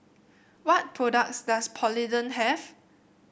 what products does Polident have